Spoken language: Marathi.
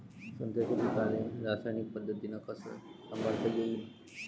संत्र्याच्या पीकाले रासायनिक पद्धतीनं कस संभाळता येईन?